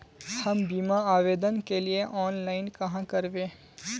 हम बीमा आवेदान के लिए ऑनलाइन कहाँ करबे?